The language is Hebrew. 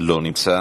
לא נמצא.